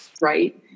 right